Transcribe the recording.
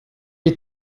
les